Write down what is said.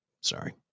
Sorry